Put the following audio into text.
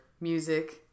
music